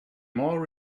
more